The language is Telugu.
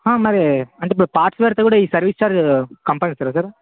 మరి అంటే పార్ట్స్ పెడితే కూడా ఈ సర్వీస్ ఛార్జ్ కంపల్సరీ సార్